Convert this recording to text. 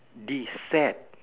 deceit